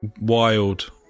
Wild